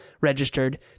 registered